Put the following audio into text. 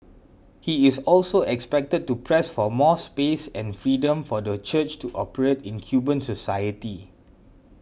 he is also expected to press for more space and freedom for the Church to operate in Cuban society